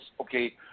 okay